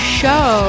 show